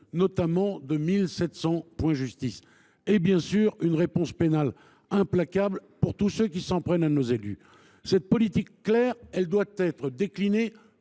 notamment, de 1 700 point justice. Enfin, et bien sûr, elle suppose une réponse pénale implacable contre tous ceux qui s’en prennent à nos élus. Cette politique claire doit être déclinée